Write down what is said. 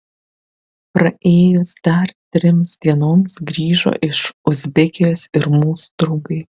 praėjus dar trims dienoms grįžo iš uzbekijos ir mūsų draugai